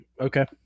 okay